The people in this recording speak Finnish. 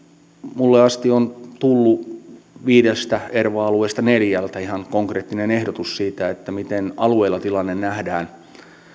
minulle asti on tullut viidestä erva alueesta neljältä ihan konkreettinen ehdotus siitä miten alueella tilanne nähdään